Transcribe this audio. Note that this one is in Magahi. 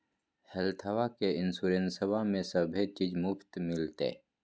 हेल्थबा के इंसोरेंसबा में सभे चीज मुफ्त मिलते?